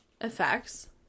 effects